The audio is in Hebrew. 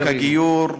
עם חוק הגיור,